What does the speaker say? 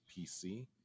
PC